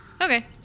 Okay